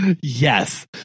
Yes